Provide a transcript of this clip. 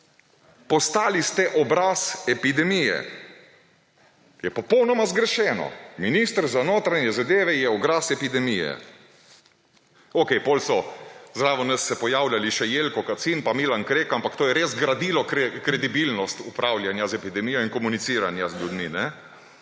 postali ste obraz epidemije. Je popolnoma zgrešeno, minister za notranje zadeve je obraz epidemije! Okej, potem so zraven vas se pojavljali še Jelko Kacin pa Milan Krek, ampak to je res gradilo kredibilnost upravljanja z epidemijo in komuniciranja z ljudmi.